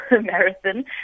marathon